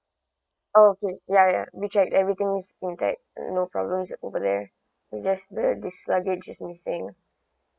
oh okay ya ya ya we check everything in that no problem over there it's just the this language is missing